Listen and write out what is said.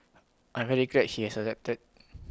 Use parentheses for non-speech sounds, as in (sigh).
I'm very glad he has accepted (noise)